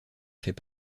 fait